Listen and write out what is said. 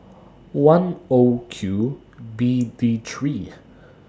one O Q B D three